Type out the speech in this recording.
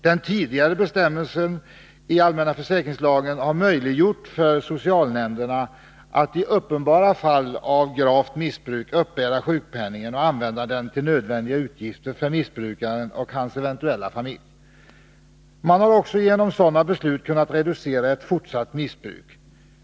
Den tidigare bestämmelsen i lagen om allmän försäkring har möjliggjort för socialnämnderna att i uppenbara fall av gravt missbruk uppbära sjukpenningen och använda den till nödvändiga utgifter för missbrukaren och hans eventuella familj. Man har också genom sådana beslut kunnat reducera ett fortsatt missbruk.